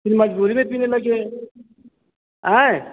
फिर मजबूरी में पीने लगे अएं